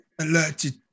alerted